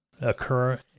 occur